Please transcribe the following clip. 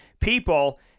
people